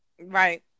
right